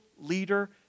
leader